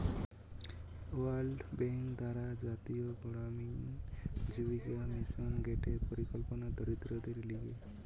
world bank দ্বারা জাতীয় গড়ামিন জীবিকা মিশন গটে পরিকল্পনা দরিদ্রদের লিগে